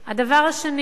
הדבר השני,